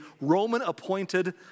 Roman-appointed